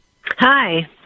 Hi